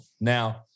Now